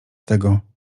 tego